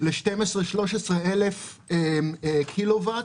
ל-12,000 13,000 קילו-ואט,